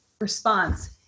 response